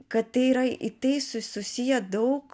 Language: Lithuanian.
kad tai yra į tai su susiję daug